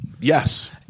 yes